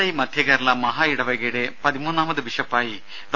I മധ്യകേരള മഹായിടവകയുടെ പതിമൂന്നാമത് ബിഷപ്പായി ഡോ